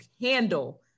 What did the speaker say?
handle